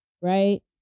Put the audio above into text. Right